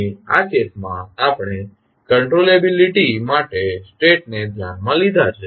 અહીં આ કેસમાં આપણે કંટ્રોલેબીલીટી માટે સ્ટેટને ધ્યાનમાં લીધા છે